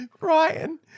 Ryan